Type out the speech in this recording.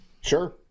Sure